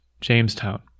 Jamestown